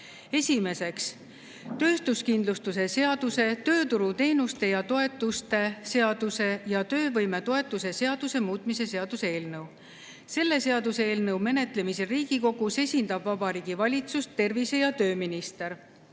Esiteks, töötuskindlustuse seaduse, tööturuteenuste ja ‑toetuste seaduse ja töövõimetoetuse seaduse muutmise seaduse eelnõu. Selle seaduseelnõu menetlemisel Riigikogus esindab Vabariigi Valitsust tervise‑ ja tööminister.